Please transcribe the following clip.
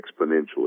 exponentially